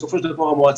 בסופו של דבר המועצה,